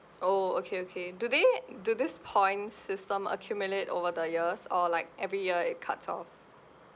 oh okay okay do they do this point system accumulate over the years or like every year it cuts off